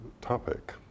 topic